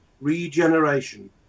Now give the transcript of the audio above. regeneration